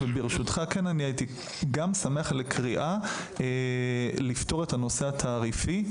וברשותך כן אני הייתי גם שמח לקריאה לפתור את הנושא התעריפי.